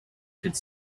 could